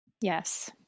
Yes